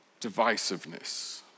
Divisiveness